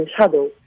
shadow